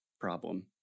problem